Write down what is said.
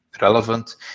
relevant